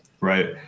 right